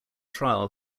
trial